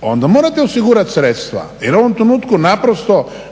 onda morate osigurati sredstva jer u ovom trenutku